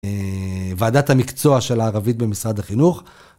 ועדת המקצוע של הערבית במשרד החינוך.